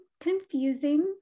confusing